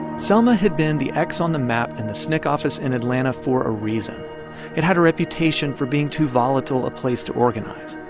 selma had been the x on the map in the sncc office in atlanta for a reason it had a reputation for being too volatile a place to organize.